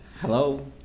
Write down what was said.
hello